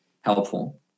helpful